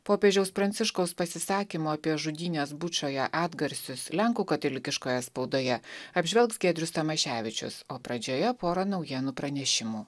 popiežiaus pranciškaus pasisakymo apie žudynes bučoje atgarsius lenkų katalikiškoje spaudoje apžvelgs giedrius tamaševičius o pradžioje pora naujienų pranešimų